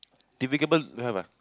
tv cable don't have ah